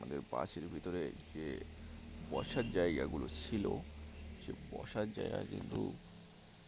আমাদের পাশের ভিতরে যে বসার জায়গাগুলো ছিল সে বসার জায়গা কিন্তু